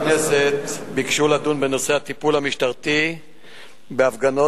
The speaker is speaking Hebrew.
שביקשו לדון בנושא: הטיפול המשטרתי בהפגנות